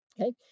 Okay